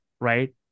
right